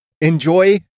enjoy